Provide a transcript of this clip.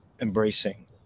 embracing